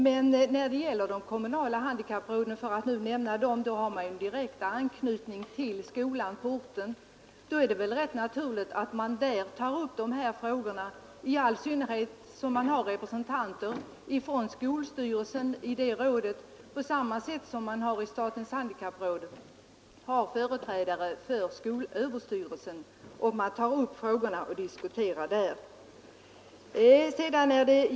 Men när det gäller de kommunala handikappråden — för att nämna dem — så har man ju där en direkt anknytning till skolan på orten. Då är det väl rätt naturligt att man där tar upp dessa frågor, i all synnerhet som det finns representanter från skolstyrelsen i det kommunala rådet — på samma sätt som det i statens handikappråd sitter företrädare för skolöverstyrelsen med vilken man kan ta upp sådana här frågor till diskussion.